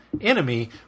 enemy